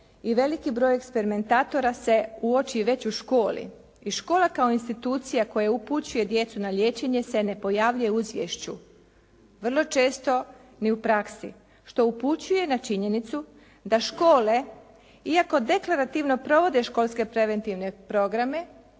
i veliki broj eksperimentatora se uoči već u školi i škola kao institucija koja upućuje djecu na liječenje se ne pojavljuje u izvješću. Vrlo često ni u praksi što upućuje na činjenicu da škole iako deklarativno provode školske preventivne programe